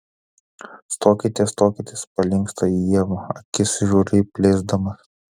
stokitės stokitės palinksta į ievą akis įžūliai plėsdamas